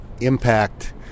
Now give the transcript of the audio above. impact